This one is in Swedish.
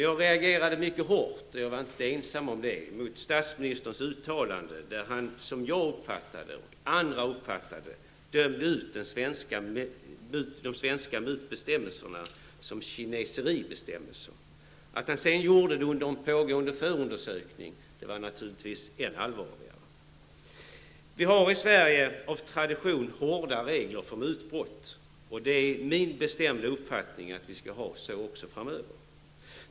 Jag reagerade mycket hårt -- jag var inte ensam om det -- mot statsministerns uttalande där han, som jag och många uppfattade det, dömde ut de svenska mutbestämmelserna som ''kineseribestämmelser''. Att han sedan gjorde det under en pågående förundersökning var naturligtvis än allvarligare. Vi har i Sverige av tradition hårda regler för mutbrott. Det är min bestämda uppfattning att vi skall ha det så också framöver.